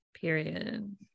period